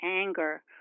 anger